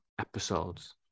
episodes